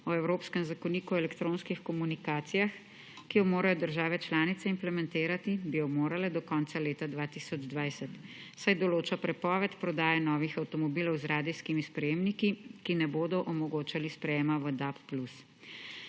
o Evropskem zakoniku o elektronskih komunikacijah, ki jo morajo države članice implementirati, bi jo morale, do konca leta 2020, saj določa prepoved prodaje novih avtomobilov z radijskimi sprejemniki, ki ne bodo omogočali sprejema v DAB+.